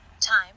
time